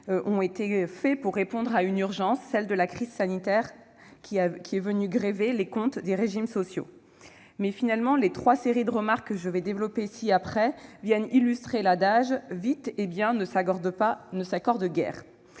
sont destinés à répondre à une urgence : la crise sanitaire, qui est venue grever les comptes des régimes sociaux. Finalement, les trois séries de remarques que je vais développer ci-après viennent illustrer l'adage :« Vite et bien ne s'accordent guère.